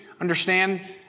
understand